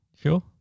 Sure